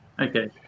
Okay